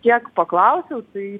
kiek paklausiau tai